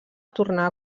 tornar